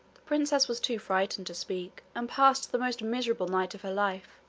princess was too frightened to speak, and passed the most miserable night of her life,